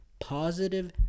positive